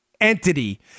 entity